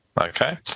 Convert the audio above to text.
okay